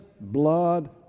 blood